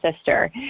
sister